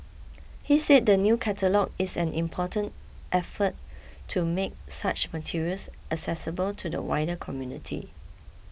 he said the new catalogue is an important effort to make such materials accessible to the wider community